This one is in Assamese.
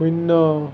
শূন্য